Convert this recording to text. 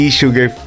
sugar